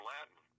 Latin